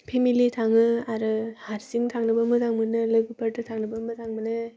family थाङो आरो हारसिं थांनोबो मोजां मोनो लोगोफोरजों थांनोबो मोजां मोनो